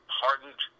hardened